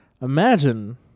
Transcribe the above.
Imagine